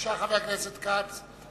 בבקשה, חבר הכנסת כץ.